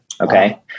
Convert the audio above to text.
Okay